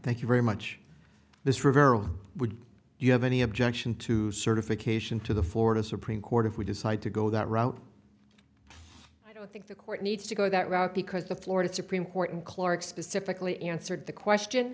thank you very much this rivero would you have any objection to certification to the florida supreme court if we decide to go that route i don't think the court needs to go that route because the florida supreme court and clark specifically answered the question